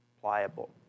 pliable